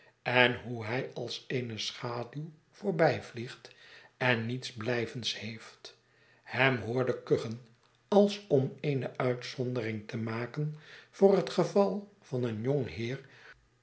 en hoe hij als eene schaduw voorbijvliegt en niets blij vends heeft hem hoorde kuchen als om eene uitzondering te maken voor het geval van een jong heer